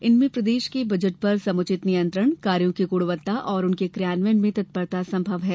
इनसे प्रदेश के बजट पर समुचित नियंत्रण कार्यों की गुणवत्ता और उनके क्रियान्वयन में तत्परता संभव है